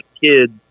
kids